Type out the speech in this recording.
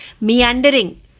meandering